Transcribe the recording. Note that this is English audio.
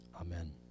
Amen